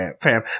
fam